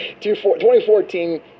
2014